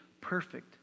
perfect